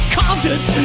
concerts